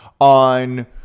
on